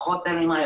פחות אלימה,